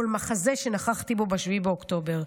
כל מחזה שנוכחתי בו ב-7 באוקטובר.